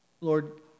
Lord